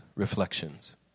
reflections